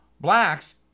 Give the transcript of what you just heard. blacks